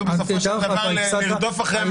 בסופו של דבר לרדוף אחרי המציאות הקיימת.